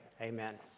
amen